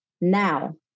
Now